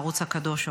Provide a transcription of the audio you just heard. הערוץ הקדוש,